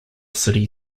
city